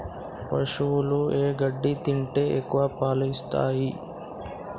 పశువులు ఏ గడ్డి తింటే ఎక్కువ పాలు ఇస్తాయి?